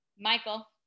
Michael